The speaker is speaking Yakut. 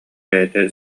бэйэтэ